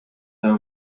their